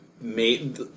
made